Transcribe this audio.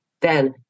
Then-